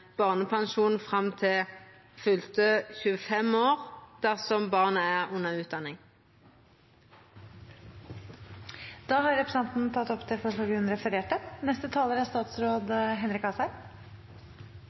barnepensjon fram til fylte 25 år dersom barnet er under utdanning. Representanten Solfrid Lerbrekk har tatt opp det forslaget hun refererte